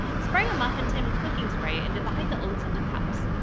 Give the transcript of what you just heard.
spray a muffin tin with cooking spray and divide the oats into cups.